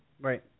Right